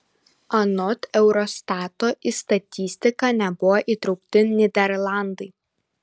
anot eurostato į statistiką nebuvo įtraukti nyderlandai